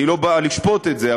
אני לא בא לשפוט את זה,